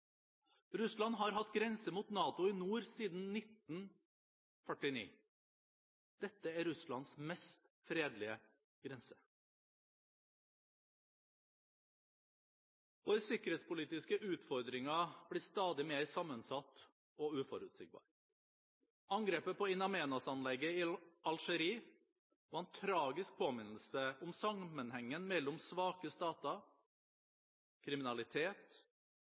Russland har hatt grense mot NATO i nord siden 1949. Dette er Russlands mest fredelige grense. Våre sikkerhetspolitiske utfordringer blir stadig mer sammensatte og uforutsigbare. Angrepet på In Amenas-anlegget i Algerie var en tragisk påminnelse om sammenhengen mellom svake stater, kriminalitet,